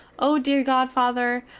oh dear godfather,